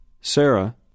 Sarah